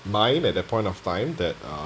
mind at that point of time that uh